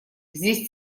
здесь